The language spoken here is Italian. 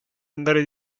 andare